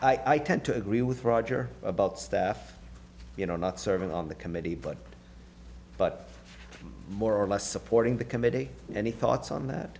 i tend to agree with roger about stuff you know not serving on the committee but but more or less supporting the committee any thoughts on that